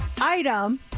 item